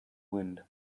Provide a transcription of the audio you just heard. wind